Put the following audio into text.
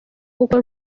kuko